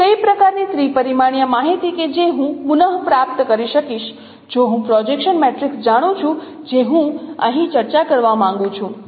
તેથી કઇ પ્રકારની ત્રિ પરિમાણીય માહિતી કે જે હું પુન પ્રાપ્ત કરી શકીશ જો હું પ્રોજેક્શન મેટ્રિક્સ જાણું છું જે હું અહીં ચર્ચા કરવા માંગું છું